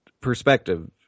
perspective